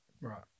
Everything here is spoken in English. Right